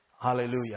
Hallelujah